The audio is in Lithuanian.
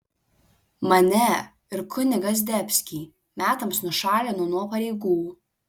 mane ir kunigą zdebskį metams nušalino nuo pareigų